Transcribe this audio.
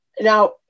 Now